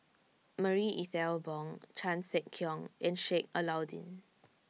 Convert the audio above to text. Marie Ethel Bong Chan Sek Keong and Sheik Alau'ddin